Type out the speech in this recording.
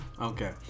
Okay